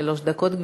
שלוש דקות.